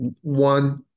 one